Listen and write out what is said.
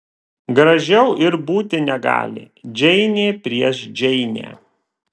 gražiau ir būti negali džeinė prieš džeinę